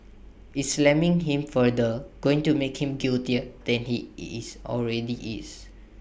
is slamming him further going to make him guiltier than he is already is